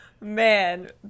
Man